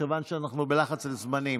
מכיוון שאנחנו בלחץ של זמנים,